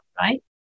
right